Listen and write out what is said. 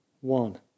one